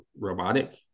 robotic